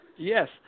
Yes